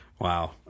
Wow